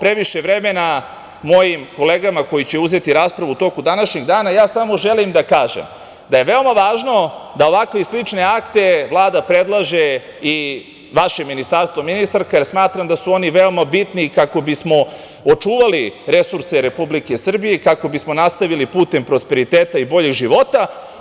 previše vremena oduzimao mojim kolegama, koji će učestvovati u raspravi u toku današnjeg dana, želim da kažem da je veoma važno da ovakve i slične akte Vlada predlaže i vaše ministarstvo, ministarka, jer smatram da su oni veoma bitni kako bismo očuvali resurse Republike Srbije i kako bismo nastavili putem prosperiteta i boljeg života.